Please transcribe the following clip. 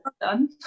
done